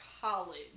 college